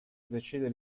decide